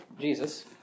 Jesus